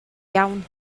iawn